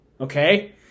okay